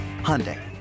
Hyundai